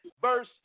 Verse